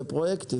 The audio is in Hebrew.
לפרויקטים.